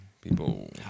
People